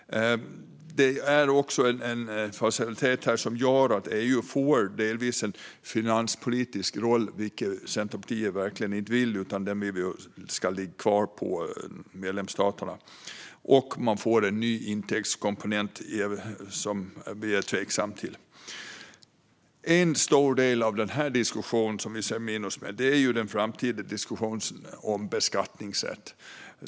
Det är också en facilitet som gör att EU får en delvis finanspolitisk roll, vilket Centerpartiet verkligen inte vill, för den rollen ska ligga kvar på medlemsstaterna. Man får också en ny intäktskomponent som vi är tveksamma till. En stor del av diskussionen som vi ser minus med är den framtida diskussionen om beskattningsrätt.